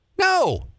No